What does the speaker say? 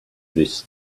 this